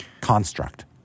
construct